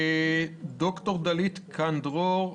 ד"ר דלית קן-דרור,